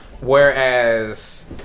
Whereas